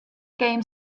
game